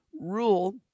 rule